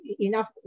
enough